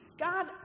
God